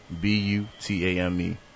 B-U-T-A-M-E